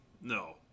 No